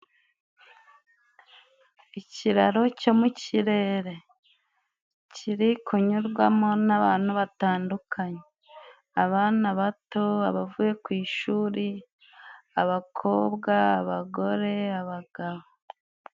Ikiraro cyo mu kirere. Kiri kunyurwamo n'abantu batandukanye. Abana bato, abavuye ku ishuri, abakobwa, abagore ,abagabo.